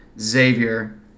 Xavier